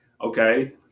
okay